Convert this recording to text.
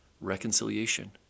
reconciliation